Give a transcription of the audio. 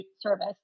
service